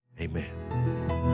amen